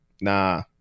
nah